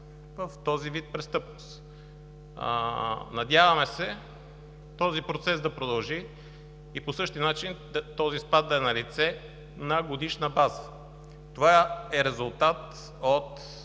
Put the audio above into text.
в този вид престъпност. Надяваме се този процес да продължи и по същия начин този спад да е налице на годишна база. Това е резултат от